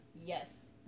Yes